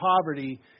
poverty